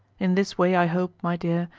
in this way, i hope, my dear,